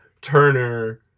Turner